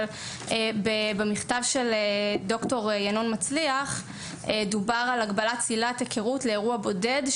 אבל במכתב של ד"ר ינון מצליח דובר על הגבלת צלילת היכרות לאירוע בודד,